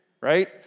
right